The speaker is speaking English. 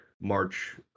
March